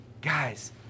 guys